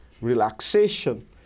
relaxation